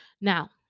now